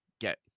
get